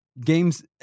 games